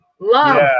Love